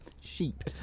Sheep